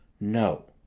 no.